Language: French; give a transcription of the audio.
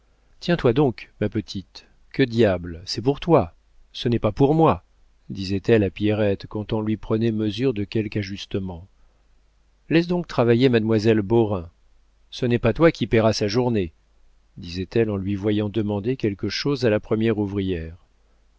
tiens-toi donc ma petite que diable c'est pour toi ce n'est pas pour moi disait-elle à pierrette quand on lui prenait mesure de quelque ajustement laisse donc travailler mademoiselle borain ce n'est pas toi qui payeras sa journée disait-elle en lui voyant demander quelque chose à la première ouvrière